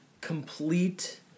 complete